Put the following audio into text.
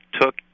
took